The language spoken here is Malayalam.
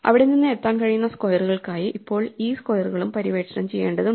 അവിടെ നിന്ന് എത്താൻ കഴിയുന്ന സ്ക്വയറുകൾക്കായി ഇപ്പോൾ ഈ സ്ക്വയറുകളും പര്യവേക്ഷണം ചെയ്യേണ്ടതുണ്ട്